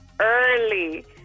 early